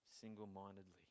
single-mindedly